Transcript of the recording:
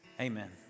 Amen